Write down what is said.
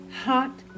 hot